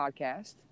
podcast